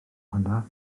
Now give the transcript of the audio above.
hwnna